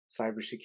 cybersecurity